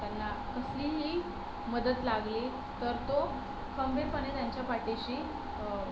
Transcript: त्यांना कुठलीही मदत लागली तर तो खंबीरपणे त्यांच्या पाठीशी